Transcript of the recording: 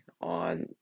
on